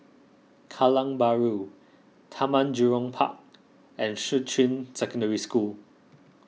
Kallang Bahru Taman Jurong Park and Shuqun Secondary School